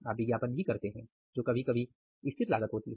आप विज्ञापन भी करते हैं जो कभी कभी स्थिर लागत होती है